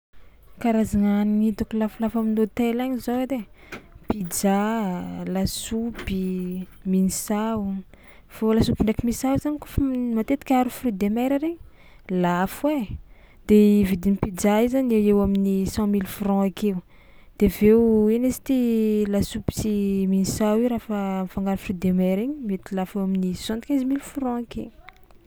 Karazagna hanigny hitako lafolafo amin'ny hôtely agny zao edy ai: pizza, lasopy, mine-sao fô lasopy ndraiky misao io zany kaofa m- matetika aharo fruits de mer regny lafo ai de i vidin'ny pizza io zany eo ho eo amin'ny cent mille francs akeo de avy eo ino izy ty lasopy sy misao io rafa mifangaro fruits de mer igny mety lafo eo amin'ny soixante quinze milles frans ake.